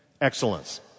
excellence